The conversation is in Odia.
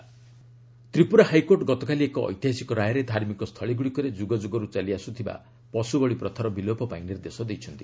ହାଇକୋର୍ଟ୍ ତ୍ରିପୁରା ତ୍ରିପୁରା ହାଇକୋର୍ଟ୍ ଗତକାଲି ଏକ ଐତିହାସିକ ରାୟରେ ଧାର୍ମିକ ସ୍ଥଳୀଗୁଡ଼ିକରେ ଯୁଗ ଯୁଗରୁ ଚାଲି ଆସୁଥିବା ପଶୁବଳୀ ପ୍ରଥାର ବିଲୋପ ପାଇଁ ନିର୍ଦ୍ଦେଶ ଦେଇଛନ୍ତି